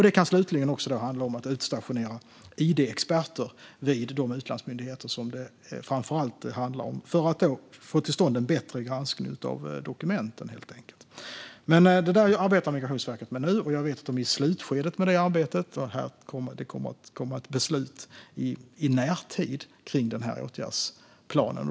Det kan slutligen handla om att utstationera id-experter vid de utlandsmyndigheter som det framför allt handlar om, för att få till stånd en bättre granskning av dokumenten. Detta arbetar Migrationsverket med nu. Jag vet att de är i slutskedet av det arbetet och att det kommer ett beslut i närtid kring åtgärdsplanen.